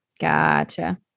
Gotcha